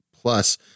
plus